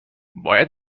باید